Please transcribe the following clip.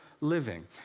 living